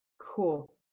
Cool